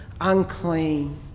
unclean